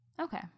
Okay